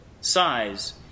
size